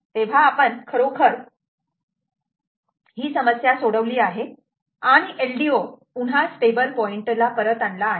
तेव्हा खरोखर आपण ही समस्या सोडवली आहे आणि LDO पुन्हा स्टेबल पॉईंट ला परत आणला आहे